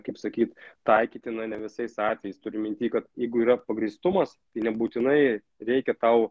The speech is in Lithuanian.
kaip sakyt taikytina ne visais atvejais turiu minty kad jeigu yra pagrįstumas nebūtinai reikia tau